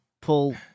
pull